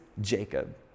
Jacob